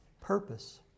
purpose